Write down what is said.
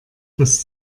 das